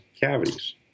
cavities